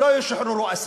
לא ישוחררו אסירים.